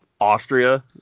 Austria